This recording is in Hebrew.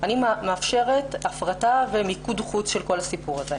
אני מאפשרת הפרטה ומיקור חוץ של כל הסיפור הזה,